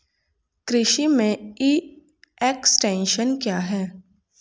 कृषि में e extension क्या है?